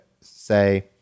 say